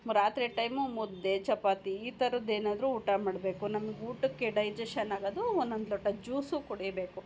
ರಾತ್ರಿ ಟೈಮು ಮುದ್ದೆ ಚಪಾತಿ ಈ ಥರದ್ದು ಏನಾದ್ರೂ ಊಟ ಮಾಡಬೇಕು ನಮ್ಮ ಊಟಕ್ಕೆ ಡೈಜೇಶನ್ ಆಗದೂ ಒಂದೊಂದು ಲೋಟ ಜೂಸು ಕುಡಿಬೇಕು